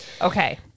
Okay